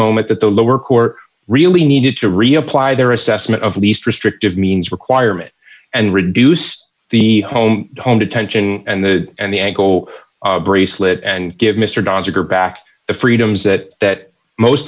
moment that the lower court really needed to reapply their assessment of least restrictive means requirement and reduced the home home detention and the and the ankle bracelet and give mr dodger back the freedoms that that most